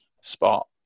spot